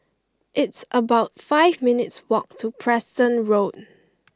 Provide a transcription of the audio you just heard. it's about five minutes walk to Preston Road